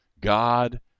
God